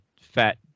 fat